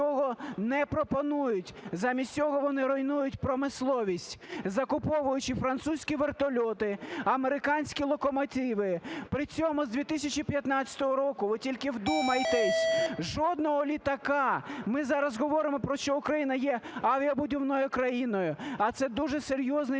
не пропонують. Замість цього вони руйнують промисловість, закуповуючи французькі вертольоти, американські локомотиви, при цьому з 2015 року – ви тільки вдумайтесь! – жодного літака. Ми зараз говоримо про те, що Україна є авіабудівною країною, а це дуже серйозний